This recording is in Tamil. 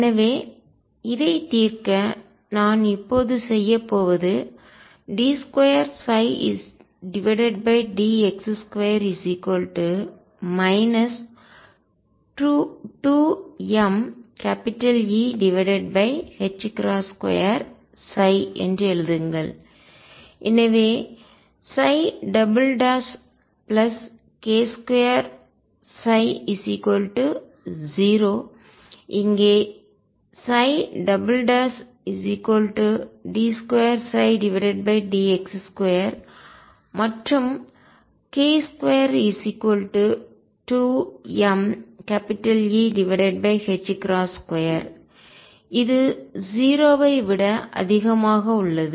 எனவே இதைத் தீர்க்க நான் இப்போது செய்யப் போவது d2dx2 2mE2 என்று எழுதுங்கள் எனவே k2ψ0 இங்கே d2dx2 மற்றும் k22mE2 இது 0 ஐ விட அதிகமாக உள்ளது